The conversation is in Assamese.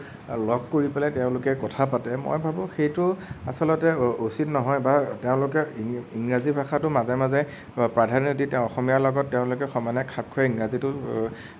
লগ কৰি পেলাই তেওঁলোকে কথা পাতে মই ভাবোঁ সেইটো আচলতে উচিত নহয় বা তেওঁলোকে ইংৰাজী ভাষাটো মাজে মাজে প্ৰাধান্য দি তেওঁ অসমীয়া লগত তেওঁলোকে সমানে খাপ খোৱা ইংৰাজীটো